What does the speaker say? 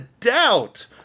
doubt